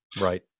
Right